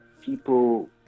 people